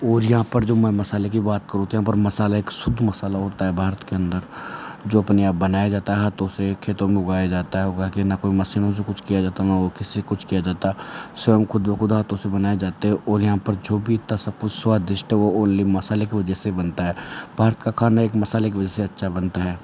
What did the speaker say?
और यहाँ पर जो मैं मसाले की बात करूँ तो यहाँ पर मसाला एक शुद्ध मसाला होता है भारत के अंदर जो अपने आप बनाया जाता है हाथों से खेतों में उगाया जाता है वहाँ के न कोई मशीनों से कुछ किया जाता है न वो किसी कुछ किया जाता है स्वयं खुद ब खुद हाथों से बनाए जाते हैं और यहाँ पर जो भी इतना सब कुछ स्वादिष्ट है वो ओन्ली मसाले की वजह से बनता है बाहर का खाना एक मसाले की वजह से अच्छा बनता है